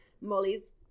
Molly's